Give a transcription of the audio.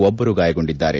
ಒಬ್ಬರು ಗಾಯಗೊಂಡಿದ್ದಾರೆ